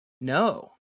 No